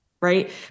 right